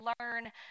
learn